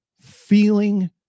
feeling